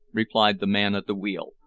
replied the man at the wheel,